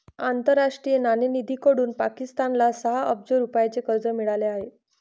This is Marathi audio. आंतरराष्ट्रीय नाणेनिधीकडून पाकिस्तानला सहा अब्ज रुपयांचे कर्ज मिळाले आहे